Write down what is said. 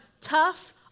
tough